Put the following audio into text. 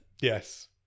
Yes